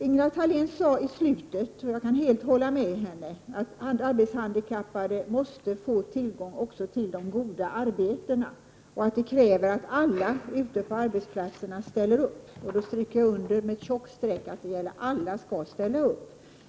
Jag kan helt hålla med Ingela Thalén om vad hon sade i slutet av sitt anförande, nämligen att alla arbetshandikappade måste få tillgång också till de goda arbetena och att det krävs att alla på arbetsplatserna ställer upp. Jag stryker med ett tjockt streck under att alla måste ställa upp.